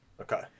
Okay